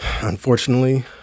unfortunately